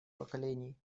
поколений